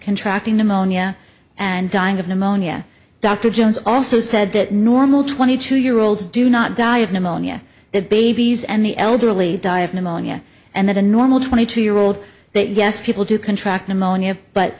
contracting pneumonia and dying of pneumonia dr jones also said that normal twenty two year olds do not die of pneumonia that babies and the elderly die of pneumonia and that a normal twenty two year old that yes people do contract pneumonia but